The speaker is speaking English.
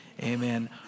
Amen